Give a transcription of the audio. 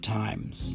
times